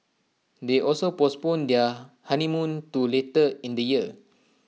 they also postponed their honeymoon to later in the year